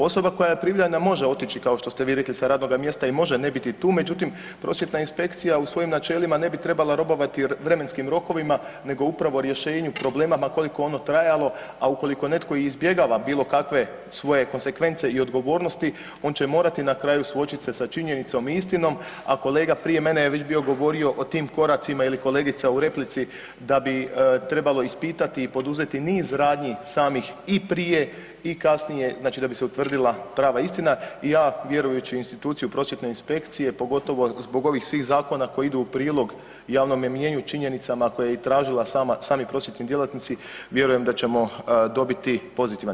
Osoba koja je prijavljena može otići, kao što ste vi rekli sa radnoga mjesta i može ne biti tu, međutim, prosvjetna inspekcija u svojim načelima ne bi trebala robovati vremenskim rokovima, nego upravo rješenju problema ma koliko ono trajalo, a ukoliko netko i izbjegava bilo kakve svoje konsekvence i odgovornosti, on će morati na kraju suočiti se sa činjenicom i istinom, a kolega prije mene je već bio govorio o tim koracima, ili kolegica u replici, da bi trebalo ispitati i poduzeti niz radnji samih i prije i kasnije, znači da bi se utvrdila prava istina i ja vjerujući u instituciju prosvjetne inspekcije, pogotovo zbog ovih svih zakona koji idu u prilog javnome mnijenju, činjenicama koje je tražila sami prosvjetni djelatnici, vjerujem da ćemo dobiti pozitivan